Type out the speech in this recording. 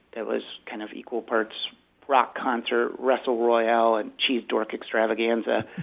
it was kind of equal parts rock concert, wrestle royale and cheese dork extravaganza.